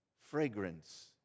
fragrance